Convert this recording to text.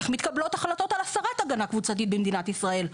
איך מתקבלות החלטות על הסרת הגנה קבוצתית במדינת ישראל.